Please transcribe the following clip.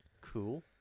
cool